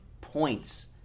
points